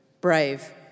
brave